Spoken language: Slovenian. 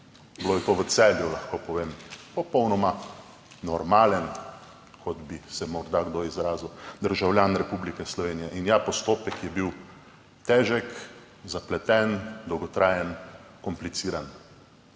bilo je to v Celju, lahko povem, popolnoma normalen, kot bi se morda kdo izrazil, državljan Republike Slovenije. In ja, postopek je bil težek, zapleten, dolgotrajen, kompliciran.